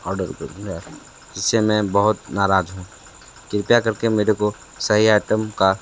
order जिससे मैं बहुत नाराज हूँ कृपया करके मेरे को सही आइटम का